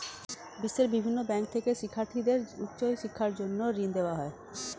বিশ্বের বিভিন্ন ব্যাংক থেকে শিক্ষার্থীদের উচ্চ শিক্ষার জন্য ঋণ দেওয়া হয়